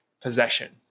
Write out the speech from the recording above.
possession